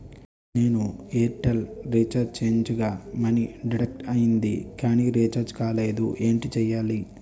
నేను Airtel recharge చేయించగా money deduct అయ్యింది కానీ రీఛార్జ్ కాలేదు ఏంటి చేయాలి?